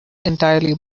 entirely